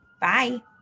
Bye